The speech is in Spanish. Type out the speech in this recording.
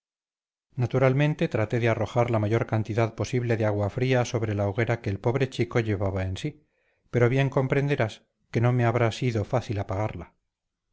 naturalmente traté de arrojar la mayor cantidad posible de agua fría sobre la hoguera que el pobre chico llevaba en sí pero bien comprenderás que no me habrá sido fácil apagarla